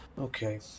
okay